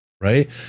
Right